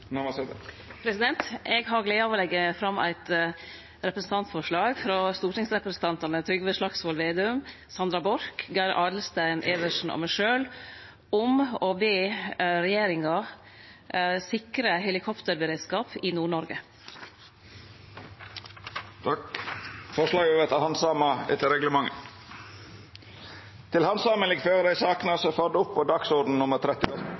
Eg har gleda av å leggje fram eit representantforslag frå stortingsrepresentantane Trygve Slagsvold Vedum, Sandra Borch, Geir Adelsten Iversen og meg sjølv om å be regjeringa sikre helikopterberedskap i Nord-Noreg. Forslaget vil verta handsama etter reglementet.